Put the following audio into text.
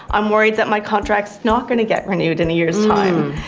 i'm worried that my contract is not going to get renewed in a year's time.